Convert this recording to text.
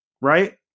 right